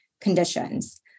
conditions